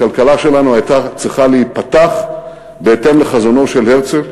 הכלכלה שלנו הייתה צריכה להיפתח בהתאם לחזונו של הרצל,